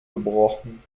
gebrochen